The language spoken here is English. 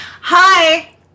Hi